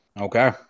Okay